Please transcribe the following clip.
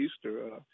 Easter